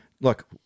look